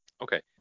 Okay